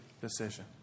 decision